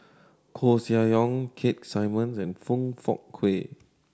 Koeh Sia Yong Keith Simmons and Foong Fook Kay